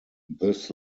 this